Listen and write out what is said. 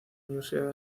universidad